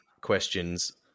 questions